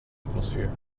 atmosphere